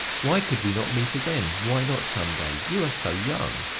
why could we not meet again? why not some day you are so young!